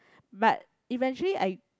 but eventually I